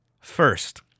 First